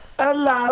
Hello